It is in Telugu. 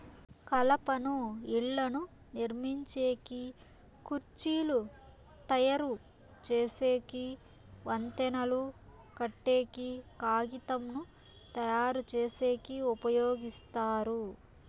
కలపను ఇళ్ళను నిర్మించేకి, కుర్చీలు తయరు చేసేకి, వంతెనలు కట్టేకి, కాగితంను తయారుచేసేకి ఉపయోగిస్తారు